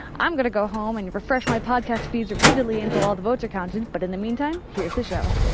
i'm going to go home and refresh my podcast feeds repeatedly until all the votes are counted. but in the meantime, here's the show